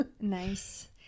Nice